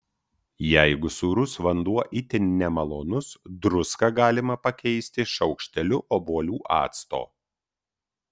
jeigu sūrus vanduo itin nemalonus druską galima pakeisti šaukšteliu obuolių acto